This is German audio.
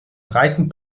breiten